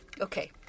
Okay